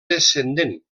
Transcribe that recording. descendent